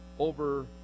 Over